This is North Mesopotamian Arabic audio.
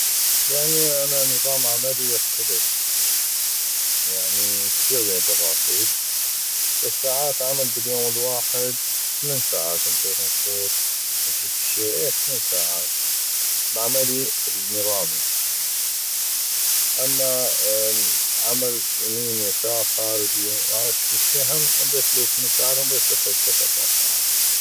يعني أنا نظام عملي يختلف يعني كثيغ بينو تفاصيل بس ساعات عمل باليوم الواحد ثمن ساعات نطيق نقول هشكل شي أي ثمن ساعات بعملي النظامي اما عمل يمين يساغ خارجي هشكل شي هم نظيف للثمن ساعات هم نظيف تلث اربع ساعات